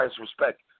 respect